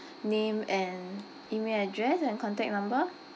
name and email address and contact number